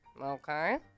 Okay